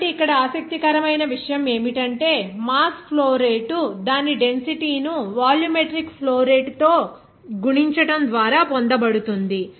కాబట్టి ఇక్కడ ఆసక్తికరమైన విషయం ఏమిటంటే మాస్ ఫ్లో రేటు దాని డెన్సిటీ ను వాల్యూమెట్రిక్ ఫ్లో రేటు తో గుణించడం ద్వారా పొందబడుతుంది